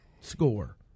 score